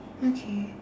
okay